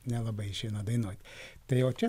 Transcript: nelabai išeina dainuot tai o čia